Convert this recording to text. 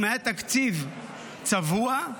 אם היה תקציב צבוע,